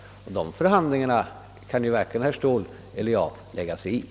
De förhandlingarna kan varken herr Ståhl eller jag lägga oss i.